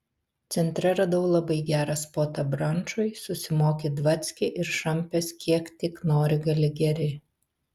centre radau labai gerą spotą brančui susimoki dvackį ir šampės kiek tik nori gali geri